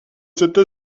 cette